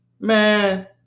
Man